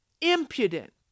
impudent